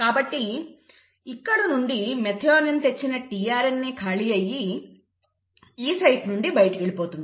కాబట్టి ఇక్కడి నుండి మెథియోనిన్ తెచ్చిన tRNA ఖాళీ అయి E సైట్ నుండి బయటకు వెళ్లిపోతుంది